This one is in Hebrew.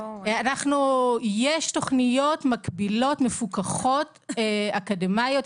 יש תוכניות מקבילות מפוקחות אקדמיות,